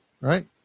Right